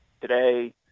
today